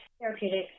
therapeutic